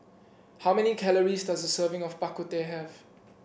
how many calories does a serving of Bak Kut Teh have